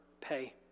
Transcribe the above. pay